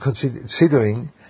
considering